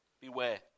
Beware